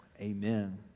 Amen